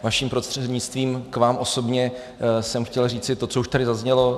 Vaším prostřednictvím k vám osobně jsem chtěl říci to, co už tady zaznělo.